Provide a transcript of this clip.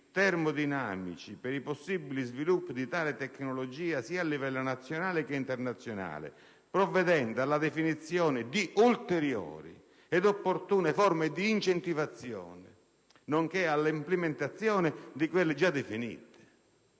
termodinamici, per i possibili sviluppi di tale tecnologia sia a livello nazionale che internazionale, provvedendo alla definizione di ulteriori ed opportune forme di incentivazione, nonché all'implementazione di quelle già definite».